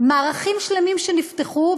מערכים שלמים שנפתחו.